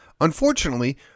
Unfortunately